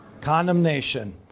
Condemnation